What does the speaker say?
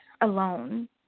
alone